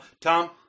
Tom